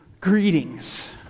Greetings